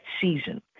season